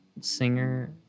singer